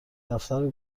دفتر